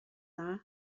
dda